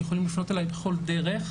שיכולים לפנות אלי בכל דרך,